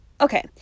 okay